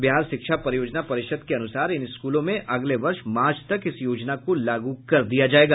बिहार शिक्षा परियोजना परिषद के अनुसार इन स्कूलों में अगले वर्ष मार्च तक इस योजना को लागू कर दिया जायेगा